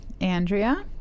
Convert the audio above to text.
Andrea